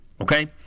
Okay